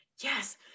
Yes